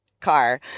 car